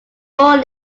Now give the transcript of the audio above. born